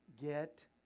Get